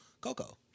Coco